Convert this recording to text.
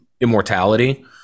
immortality